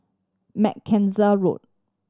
Mackenzie Road